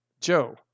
Joe